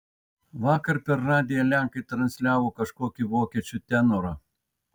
vakar per radiją lenkai transliavo kažkokį vokiečių tenorą